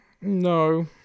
No